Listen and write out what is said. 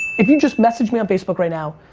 if you just message me on facebook right now,